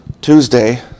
Tuesday